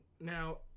now